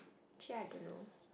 actually I don't know